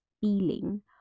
feeling